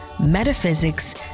metaphysics